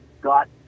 got